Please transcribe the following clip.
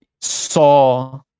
saw